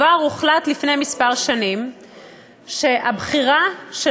כבר הוחלט לפני כמה שנים שהבחירה של